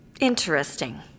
Interesting